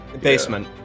basement